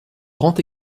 grand